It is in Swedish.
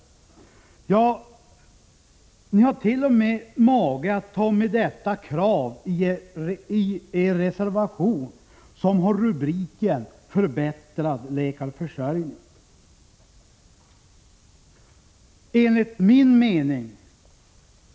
Ja, ni har t.o.m. mage att ta med detta krav i den reservation som ni avgivit och som har rubriken ”Åtgärder för en förbättrad läkarförsörjning”.